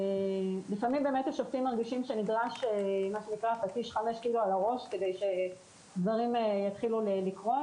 לפעמים השופטים מרגישים שנדרש פטיש על הראש כדי שדברים יתחילו לקרות,